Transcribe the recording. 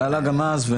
זה היה גם אז.